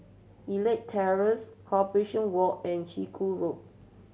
Elite Terrace Corporation Walk and Chiku Road